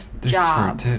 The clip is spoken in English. job